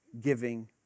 giving